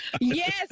Yes